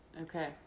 okay